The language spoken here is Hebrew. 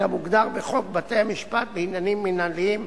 כמוגדר בחוק בתי-משפט לעניינים מינהליים,